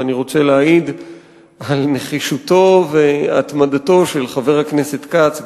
ואני רוצה להעיד על נחישותו והתמדתו של חבר הכנסת כץ,